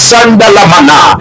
Sandalamana